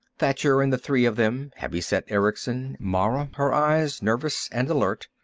thacher and the three of them, heavy-set erickson, mara, her eyes nervous and alert,